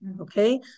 okay